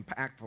impactful